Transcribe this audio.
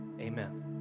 amen